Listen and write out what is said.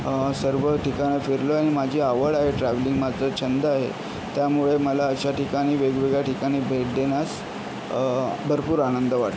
सर्व ठिकाणं फिरलो आणि माझी आवड आहे ट्रॅव्हलिंग माझा छंद आहे त्यामुळे मला अशा ठिकाणी वेगवेगळ्या ठिकाणी भेट देण्यास भरपूर आनंद वाटतो